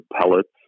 pellets